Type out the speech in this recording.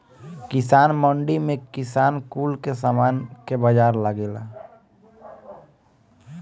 किसान मंडी में किसान कुल के समान के बाजार लगेला